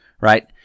right